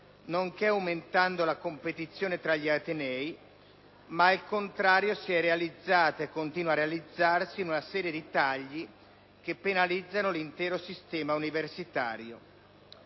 nonché aumentando la competizione tra gli atenei, ma al contrario si è realizzata e continua a realizzarsi in una serie di tagli che penalizzano l'intero sistema universitario.